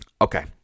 Okay